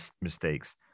mistakes